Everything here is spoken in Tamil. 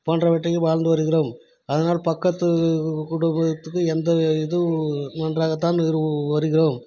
போன்றவற்றில் வாழ்ந்து வருகிறோம் அதனால் பக்கத்து குடும்பத்துக்கு எந்த இதுவும் நன்றாக தான் இரு வருகிறோம்